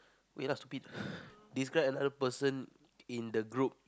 wait lah stupid describe another person in the group